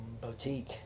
boutique